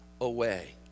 away